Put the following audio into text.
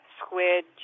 squid